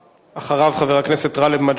חבר הכנסת דניאל בן-סימון,